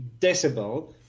decibel